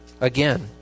again